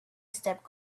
stepped